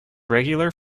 regular